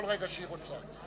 בכל רגע שהיא רוצה.